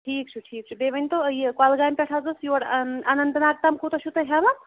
ٹھیٖک چھُ ٹھیٖک چھُ بیٚیہِ ؤنۍتو یہِ کۄلگامہِ پٮ۪ٹھ حظ اوس یور اننت ناگ تام کوٗتاہ چھُو تُہۍ ہٮ۪وان